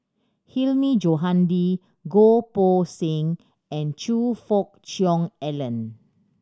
Hilmi Johandi Goh Poh Seng and Choe Fook Cheong Alan